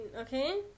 okay